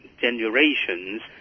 generations